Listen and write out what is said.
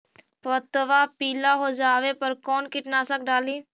पतबा पिला हो जाबे पर कौन कीटनाशक डाली?